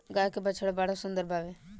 गाय के बछड़ा बड़ा सुंदर बावे